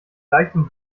leichtem